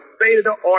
state-of-the-art